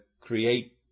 create